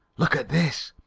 look at this!